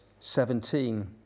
17